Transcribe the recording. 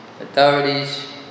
authorities